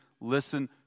listen